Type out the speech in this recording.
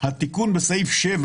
התיקון בסעיף 7